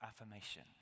affirmation